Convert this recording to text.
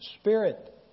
spirit